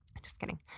i'm just kidding.